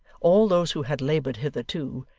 all those who had laboured hitherto,